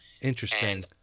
Interesting